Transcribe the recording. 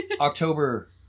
October